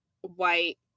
white